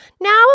now